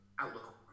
outlook